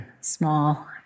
small